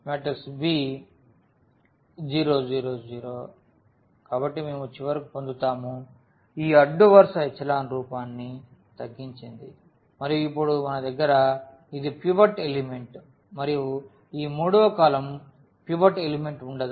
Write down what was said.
b0 0 0 కాబట్టి మేము చివరకు పొందుతాము ఈ అడ్డు వరుస ఎచెలాన్ రూపాన్ని తగ్గించింది మరియు ఇప్పుడు మన దగ్గర ఇది పివట్ ఎలిమెంట్ మరియు ఈ మూడవ కాలమ్ పివట్ ఎలిమెంట్ ఉండదు